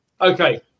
Okay